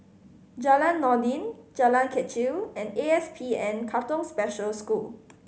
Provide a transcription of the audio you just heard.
Jalan Noordin Jalan Kechil and ASPN Katong Special School